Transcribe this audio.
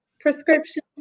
prescription